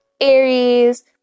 Aries